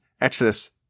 Exodus